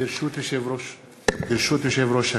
ברשות יושב-ראש הכנסת,